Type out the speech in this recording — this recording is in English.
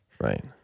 Right